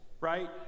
Right